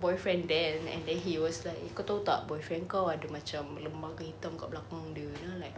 boyfriend there and then he was like eh kau tahu tak boyfriend kau ada macam lembaga hitam dekat belakang dia then I was like